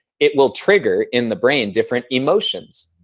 it will trigger in the brain different emotions.